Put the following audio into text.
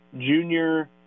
Junior